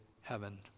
heaven